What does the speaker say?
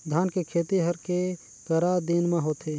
धान के खेती हर के करा दिन म होथे?